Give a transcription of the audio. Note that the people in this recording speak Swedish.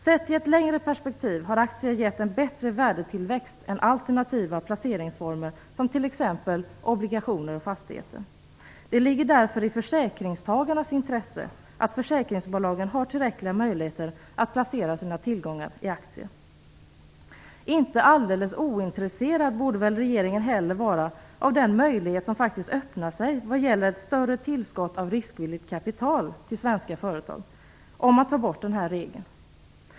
Sett i ett längre perspektiv har aktier gett en bättre värdetillväxt än alternativa placeringsformer som t.ex. obligationer och fastigheter. Det ligger därför i försäkringstagarnas intresse att försäkringsbolagen har tillräckliga möjligheter att placera sina tillgångar i aktier. Regeringen borde väl inte heller vara alldeles ointresserad av den möjlighet som faktiskt öppnar sig vad gäller större tillskott av riskvilligt kapital till svenska företag om man tar bort denna regel.